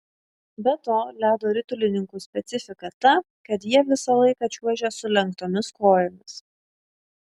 be to ledo ritulininkų specifika ta kad jie visą laiką čiuožia sulenktomis kojomis